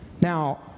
Now